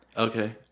okay